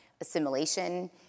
assimilation